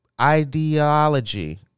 ideology